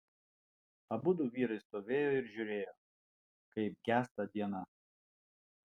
abudu vyrai stovėjo ir žiūrėjo kaip gęsta diena